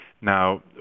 Now